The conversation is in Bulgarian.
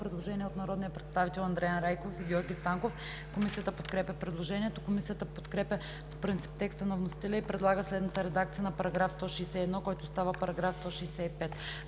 предложение на народните представители Андриан Райков и Георги Станков. Комисията подкрепя по принцип предложението. Комисията подкрепя по принцип текста на вносителя и предлага следната редакция на § 158, който става § 162: